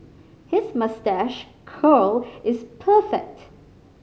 his moustache curl is perfect